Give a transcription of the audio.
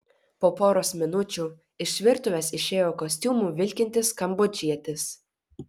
po poros minučių iš virtuvės išėjo kostiumu vilkintis kambodžietis